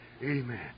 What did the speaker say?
Amen